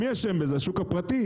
מי אשם בזה, השוק הפרטי?